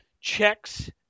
checks